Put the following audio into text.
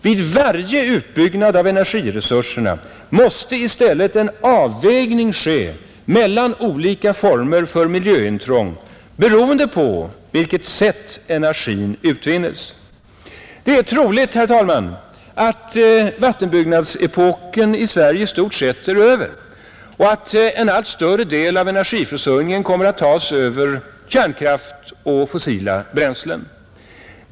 Vid varje utbyggnad av energiresurserna måste i stället en avvägning ske mellan olika former för miljöintrång beroende på på vilket sätt energin utvinnes, Det är troligt, herr talman, att vattenbyggnadsepoken i Sverige i stort sett är över och att en allt större del av energiförsörjningen kommer att tas över kärnkraft och fossila bränslen.